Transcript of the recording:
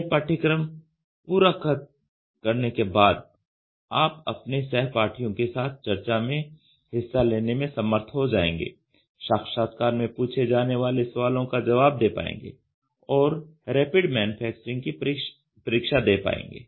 यह पाठ्यक्रम पूरा खत्म करने के बाद आप अपने सहपाठियों के साथ चर्चा में हिस्सा लेने में समर्थ हो जाएंगे साक्षात्कार में पूछे जाने वाले सवालों का ज़बाब दे पाएंगे और रैपिड मैन्युफैक्चरिंग की परीक्षा दे पाएंगे